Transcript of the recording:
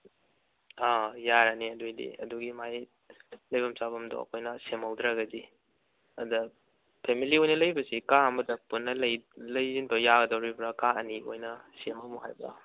ꯑꯥ ꯌꯥꯔꯅꯤ ꯑꯗꯨꯒꯤꯗꯤ ꯑꯗꯨꯒꯤ ꯃꯥꯒꯤ ꯂꯩꯐꯝ ꯆꯥꯐꯝꯗꯣ ꯑꯈꯣꯏꯅ ꯁꯦꯝꯍꯧꯗ꯭ꯔꯒꯅꯤ ꯑꯗ ꯐꯦꯃꯤꯂꯤ ꯑꯣꯏꯅ ꯂꯩꯕꯁꯤ ꯀꯥ ꯑꯃꯗ ꯄꯨꯟꯅ ꯂꯩꯁꯤꯟꯕ ꯌꯥꯒꯗꯧꯔꯤꯕ꯭ꯔꯥ ꯀꯥ ꯑꯅꯤ ꯑꯣꯏꯅ ꯁꯦꯝꯃꯝꯃꯨ ꯍꯥꯏꯕ꯭ꯔꯥ